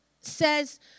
says